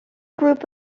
group